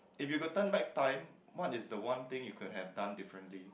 if you could turn back time what is the one thing you could have done differently